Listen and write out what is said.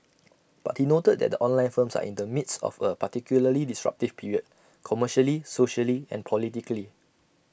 but he noted that the online firms are in the midst of A particularly disruptive period commercially socially and politically